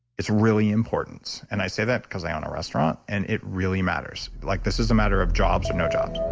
it's really important. and i say that because i own a restaurant and it really matters. like this is a matter of jobs or no jobs.